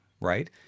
right